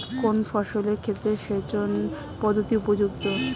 কোন ফসলের ক্ষেত্রে সেচন পদ্ধতি উপযুক্ত?